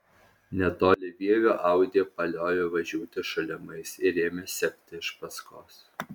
netoli vievio audi paliovė važiuoti šalimais ir ėmė sekti iš paskos